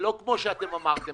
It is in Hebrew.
לא כמו שאתם אמרתם.